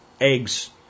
eggs